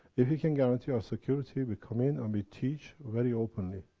if you can guarantee our security, we come in and we teach, very openly.